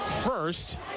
first